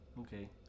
Okay